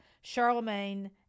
Charlemagne